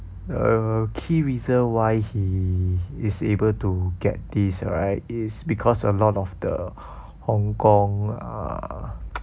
the key reason why he is able to get this right is because a lot of the hong kong uh